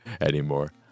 anymore